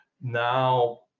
now